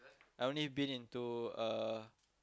I only been into uh